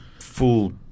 full